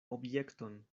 objekton